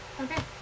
Okay